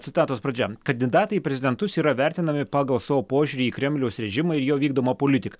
citatos pradžia kandidatai į prezidentus yra vertinami pagal savo požiūrį į kremliaus režimą ir jo vykdomą politiką